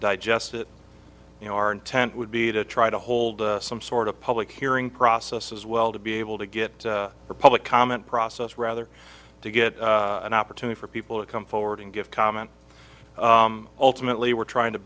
digest it you know our intent would be to try to hold some sort of public hearing process as well to be able to get public comment process rather to get an opportunity for people to come forward and give comment ultimately we're trying to